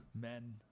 men